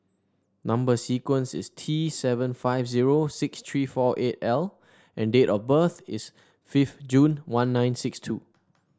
number sequence is T seven five zero six three four eight L and date of birth is fifth June one nine six two